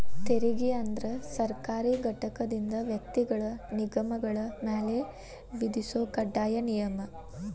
ತೆರಿಗೆ ಅಂದ್ರ ಸರ್ಕಾರಿ ಘಟಕದಿಂದ ವ್ಯಕ್ತಿಗಳ ನಿಗಮಗಳ ಮ್ಯಾಲೆ ವಿಧಿಸೊ ಕಡ್ಡಾಯ ನಿಯಮ